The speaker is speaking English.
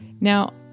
Now